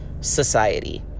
society